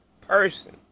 person